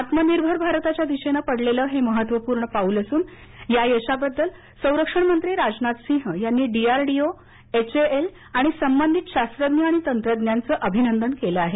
आत्मनिर्भर भारताच्या दिशेने पडलेलं हे महत्वपूर्ण पाऊल असून या यशाबद्दल संरक्षण मंत्री राजनाथ सिंह यांनी D R D O H A L आणि संबंधित शास्त्रज्ञ आणि तंत्रज्ञांचे अभिनंदन केलं आहे